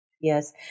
Yes